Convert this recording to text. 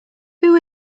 who